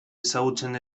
ezagutzen